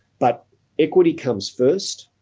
but equity comes first.